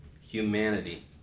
humanity